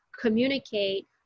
communicate